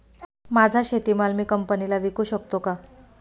माझा शेतीमाल मी कंपनीला विकू शकतो का?